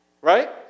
Right